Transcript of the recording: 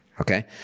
Okay